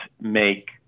make